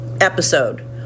episode